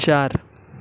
चार